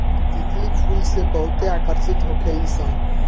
तितली फूल से बहुते आकर्षित होखे लिसन